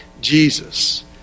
Jesus